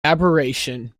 aberration